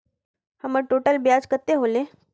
हमर टोटल ब्याज कते होले?